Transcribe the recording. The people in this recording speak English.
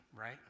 right